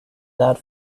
that